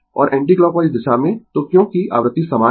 और एंटीक्लॉकवाइज दिशा में तो क्योंकि आवृत्ति समान है